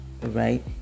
right